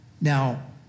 Now